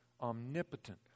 omnipotent